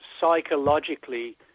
psychologically